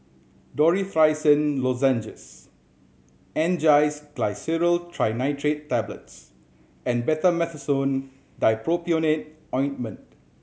Dorithricin Lozenges Angised Glyceryl Trinitrate Tablets and Betamethasone Dipropionate Ointment